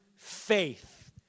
Faith